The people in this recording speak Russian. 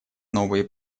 новые